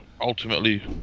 ultimately